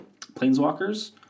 planeswalkers